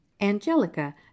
Angelica